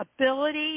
ability